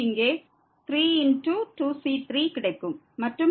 இங்கே 3⋅2c3 கிடைக்கும் மற்றும் பல